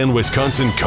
Wisconsin